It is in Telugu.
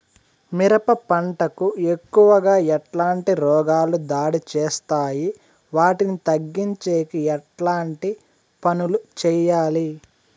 మిరప పంట కు ఎక్కువగా ఎట్లాంటి రోగాలు దాడి చేస్తాయి వాటిని తగ్గించేకి ఎట్లాంటి పనులు చెయ్యాలి?